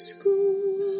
School